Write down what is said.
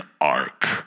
ark